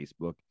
Facebook